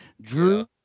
Drew